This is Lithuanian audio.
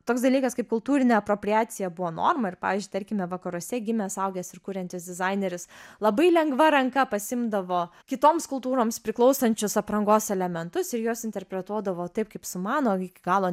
toks dalykas kaip kultūrinė apropriacija buvo norma ir pavyzdžiui tarkime vakaruose gimęs augęs ir kuriantis dizaineris labai lengva ranka pasiimdavo kitoms kultūroms priklausančius aprangos elementus ir juos interpretuodavo taip kaip sumano iki galo